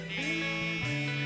need